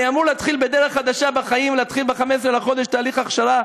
אני אמור להתחיל בדרך חדשה בחיים ולהתחיל ב־15 לחודש תהליך הכשרה,